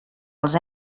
els